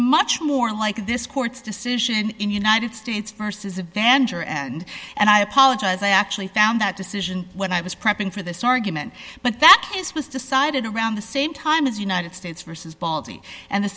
much more like this court's decision in united states versus a vandar and and i apologize i actually found that decision when i was prepping for this argument but that case was decided around the same time as united states versus balti and the